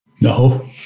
No